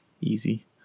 Easy